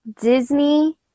Disney